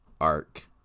arc